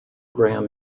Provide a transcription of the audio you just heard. graham